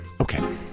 okay